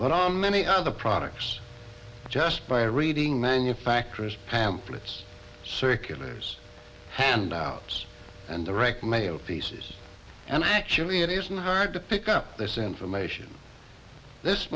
but on many other products just by reading manufacturer's pamphlets circulars handouts and direct mail pieces and actually it isn't hard to pick up this information this